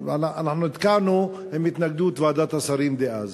נתקלנו בהתנגדות ועדת השרים דאז.